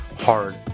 hard